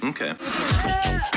Okay